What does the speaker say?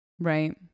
Right